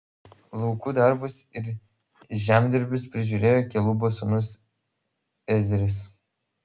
laukų darbus ir žemdirbius prižiūrėjo kelubo sūnus ezris